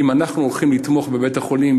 אם אנחנו הולכים לתמוך בבית-החולים,